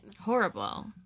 Horrible